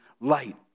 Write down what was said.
light